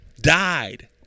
died